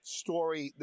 story